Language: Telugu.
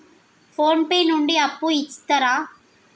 ఫోన్ పే నుండి అప్పు ఇత్తరా?